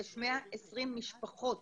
יש 120 משפחות,